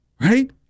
Right